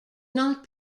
not